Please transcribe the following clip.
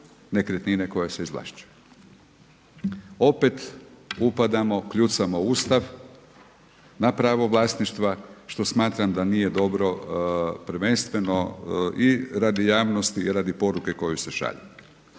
nekretnine koja se izvlašćuje. Opet upadamo, kljucamo Ustav na pravo vlasništva što smatram da nije dobro prvenstveno i radi javnosti radi poruke koju se šalje.